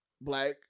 black